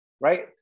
right